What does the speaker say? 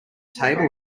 table